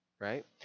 Right